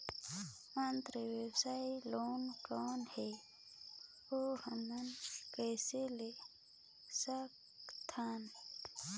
अंतरव्यवसायी लोन कौन हे? अउ हमन कइसे ले सकथन?